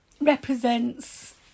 represents